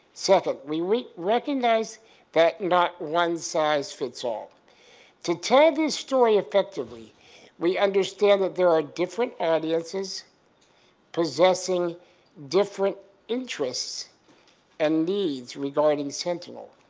second, we we recognize that one-size-fits-all. to tell this story effectively we understand that there are different audiences possessing different interests and needs regarding sentinel,